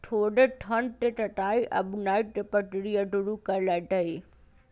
सोझे सन्न के कताई आऽ बुनाई के प्रक्रिया शुरू कएल जाइ छइ